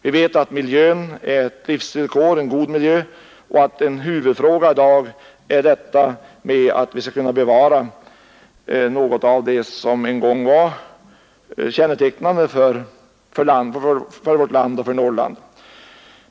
Vi vet att en god miljö är ett livsvillkor och att en huvudfråga i dag är hur vi skall kunna bevara något av det som en gång var kännetecknande för vårt land och för Norrland.